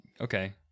okay